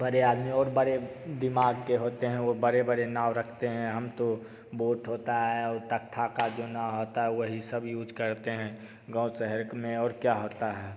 बड़े आदमी और बड़े दिमाग के होते हैं वो बड़े बड़े नाव रखते हैं हम तो बोट होता है और तख्ता का जो नाव होता है वही सब यूज़ करते हैं गाँव शहर में और क्या होता है